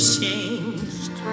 changed